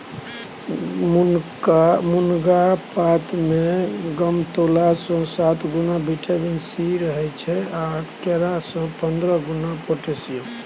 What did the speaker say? मुनगा पातमे समतोलासँ सात गुणा बिटामिन सी रहय छै आ केरा सँ पंद्रह गुणा पोटेशियम